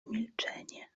milczenie